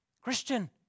Christian